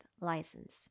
license